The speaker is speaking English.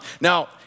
Now